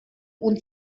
und